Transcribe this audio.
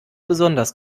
besonders